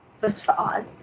facade